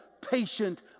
patient